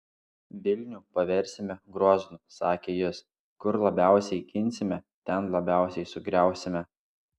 vilnių paversime groznu sakė jis kur labiausiai ginsime ten labiausiai sugriausime